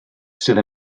sydd